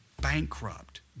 bankrupt